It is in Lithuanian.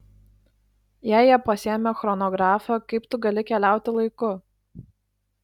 jei jie pasiėmė chronografą kaip tu gali keliauti laiku